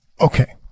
Okay